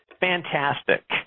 Fantastic